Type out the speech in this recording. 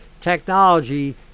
technology